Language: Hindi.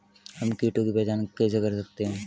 हम कीटों की पहचान कैसे कर सकते हैं?